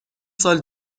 سال